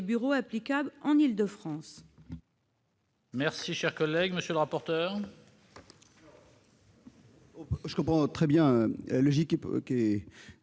bureaux applicable en Île-de-France.